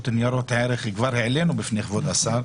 ניירות ערך כבר העלינו בפני כבוד השר,